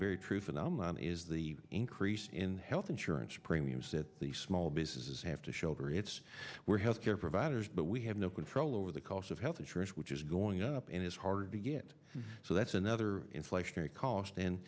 very true phenomenon is the increase in health insurance premiums that the small businesses have to shoulder it's where health care providers but we have no control over the cost of health insurance which is going up and it's hard to get so that's another inflationary cost and